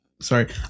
sorry